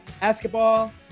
basketball